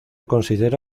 considera